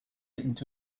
into